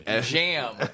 jam